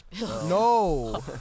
No